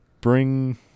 Bring